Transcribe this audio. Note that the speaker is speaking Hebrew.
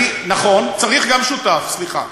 נכון, צריך גם שותף, סליחה.